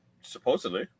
Supposedly